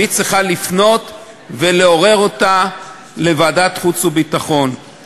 והיא צריכה לפנות ולעורר אותה בוועדת הכנסת.